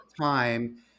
time